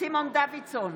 סימון דוידסון,